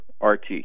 RT